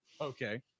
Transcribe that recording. Okay